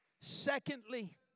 Secondly